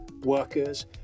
workers